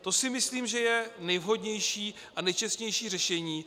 To si myslím, že je nejvhodnější a nejčestnější řešení.